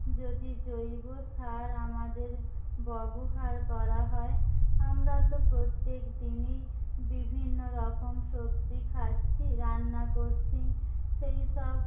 যদি জৈব সার আমাদের ব্যবহার করা হয় আমরা তো প্রত্যেক দিনই বিভিন্ন রকম সবজি খাচ্ছি রান্না করছি সেই সব